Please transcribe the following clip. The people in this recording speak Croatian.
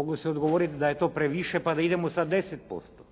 moglo se odgovoriti da je to previše, pa da idemo sada 10%.